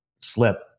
slip